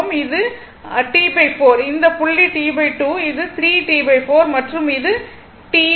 இது r இது r T4 இந்த புள்ளி T2 இது 3 T4 மற்றும் இது T ஆகும்